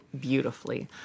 beautifully